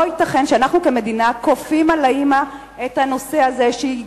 לא ייתכן שאנחנו כמדינה כופים על האמא את זה שהיא